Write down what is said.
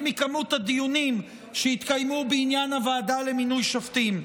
ממספר הדיונים שהתקיימו בעניין הוועדה למינוי שופטים,